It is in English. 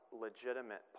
legitimate